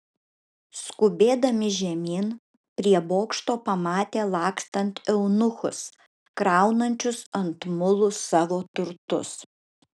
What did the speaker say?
skubėdami žemyn prie bokšto pamatė lakstant eunuchus kraunančius ant mulų savo turtus